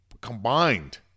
combined